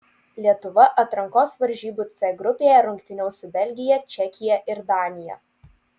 lietuva atrankos varžybų c grupėje rungtyniaus su belgija čekija ir danija